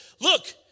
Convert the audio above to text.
look